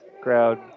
crowd